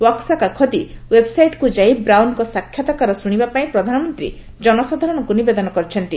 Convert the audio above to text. ୱାସକା ଖଦୀ ୱେବ୍ସାଇଟ୍କୁ ଯାଇ ବ୍ରାଉନଙ୍କ ସାକ୍ଷାତକାର ଶୁଣିବା ପାର୍ଇ ପ୍ରଧାନମନ୍ତ୍ରୀ ଜନସାଧାରଣଙ୍କୁ ନିବଦନ କରିଛନ୍ତି